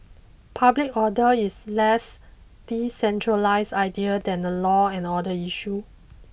public order is less decentralised idea than a law and order issue